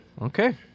okay